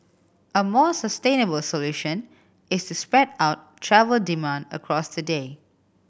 a more sustainable solution is to spread out travel demand across the day